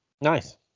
Nice